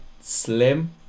slim